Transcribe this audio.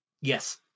Yes